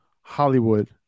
Hollywood